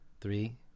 Three